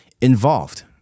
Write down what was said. involved